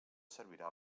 servirà